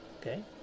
okay